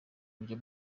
buryo